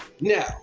Now